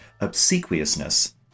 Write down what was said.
obsequiousness